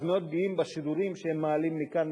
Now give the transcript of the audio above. אז אנחנו מאוד גאים בשידורים שהם מעלים מכאן,